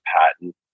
patent